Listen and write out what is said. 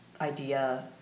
idea